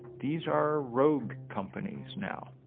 these are rogue companies now.